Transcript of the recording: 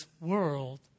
world